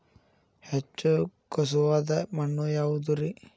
ಹೆಚ್ಚು ಖಸುವಾದ ಮಣ್ಣು ಯಾವುದು ರಿ?